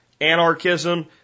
anarchism